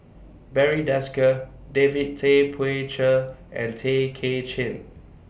Barry Desker David Tay Poey Cher and Tay Kay Chin